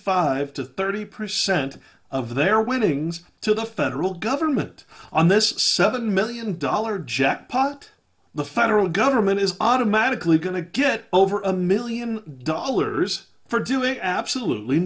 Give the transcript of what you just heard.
five to thirty percent of their winnings to the federal government on this seven million dollar jackpot the federal government is automatically going to get over a million dollars for doing absolutely